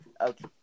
okay